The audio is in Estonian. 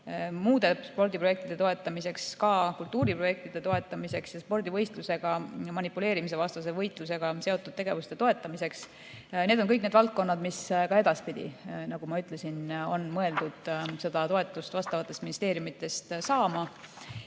muude spordiprojektide toetamiseks, ka kultuuriprojektide toetamiseks ja spordivõistlustega manipuleerimise vastase võitlusega seotud tegevuste toetamiseks. Need on kõik need valdkonnad, mis ka edaspidi, nagu ma ütlesin, on mõeldud seda toetust vastavatest ministeeriumidest saama.